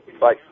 Bye